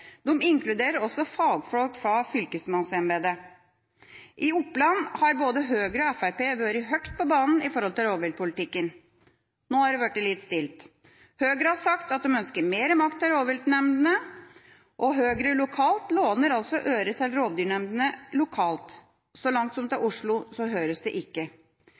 De inkluderer også fagfolk fra fylkesmannsembetet. I Oppland har både Høyre og Fremskrittspartiet vært høyt på banen i rovdyrpolitikken. Nå har det blitt litt stille. Høyre har sagt at de ønsker mer makt til rovviltnemndene, og Høyre lokalt låner altså rovdyrnemndene lokalt øre. Så langt som til Oslo høres det